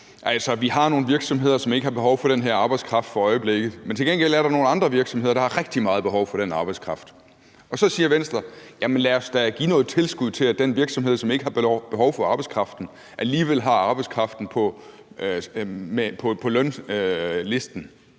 vi har nogle virksomheder, som ikke har behov for den her arbejdskraft for øjeblikket, men til gengæld er der nogle andre virksomheder, der har rigtig meget behov for den arbejdskraft. Så siger Venstre: Jamen lad os da give noget tilskud til, at den virksomhed, som ikke har behov for arbejdskraften, alligevel har arbejdskraften på lønningslisten,